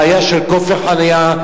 בעיה של כופר חנייה,